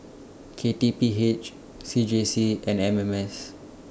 K T P H C J C and M M S